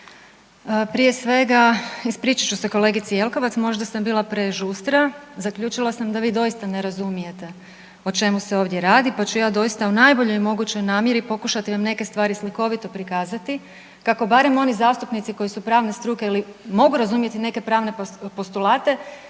Prije svega ispričat ću se kolegici Jelkovac, možda sam bila prežustra, zaključila sam da vi doista ne razumijete o čemu se ovdje radi pa ću ja doista u najboljoj mogućoj namjeri pokušati vam neke stvari slikovito prikazati kako barem oni zastupnici koji su pravne struke ili mogu razumjeti neke pravne postulate